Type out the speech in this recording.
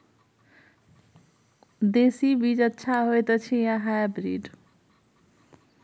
देसी बीज अच्छा होयत अछि या हाइब्रिड?